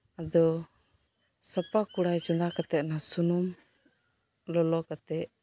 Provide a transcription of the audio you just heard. ᱟᱫᱚᱥᱟᱯᱟ ᱠᱚᱲᱟᱭ ᱪᱚᱸᱫᱟ ᱠᱟᱛᱮᱜ ᱚᱱᱟ ᱥᱩᱱᱩᱢ ᱞᱚᱞᱚ ᱠᱟᱛᱮᱜ